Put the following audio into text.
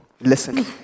listen